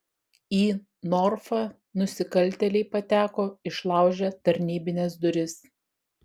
į norfą nusikaltėliai pateko išlaužę tarnybines duris